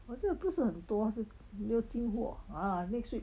好像不是很多没有经过 ah next week